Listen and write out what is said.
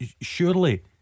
Surely